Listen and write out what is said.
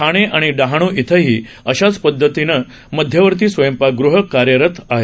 ठाणे आणि डहाणू इथंही अशा पदधतीचं मध्यवर्ती स्वयंपाकगृह कार्यरत आहे